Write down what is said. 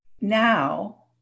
Now